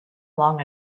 long